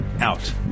out